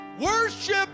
Worship